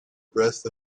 breath